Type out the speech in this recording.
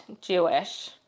Jewish